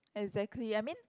exactly I mean